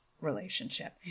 relationship